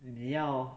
你要